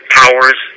powers